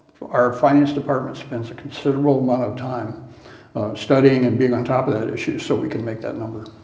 our finance department spends considerable amount of time studying and being on top of that issue so we can make that number.